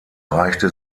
reichte